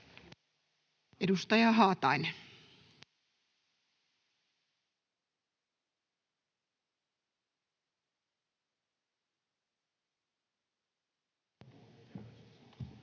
Edustaja Haatainen. [Speech